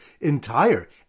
entire